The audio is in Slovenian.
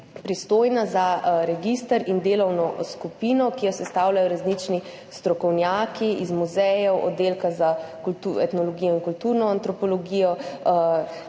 pristojna za register in delovno skupino, ki jo sestavljajo različni strokovnjaki iz muzejev, Oddelka za etnologijo in kulturno antropologijo,